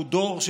הוא דור,